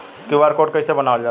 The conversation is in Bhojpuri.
क्यू.आर कोड कइसे बनवाल जाला?